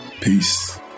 Peace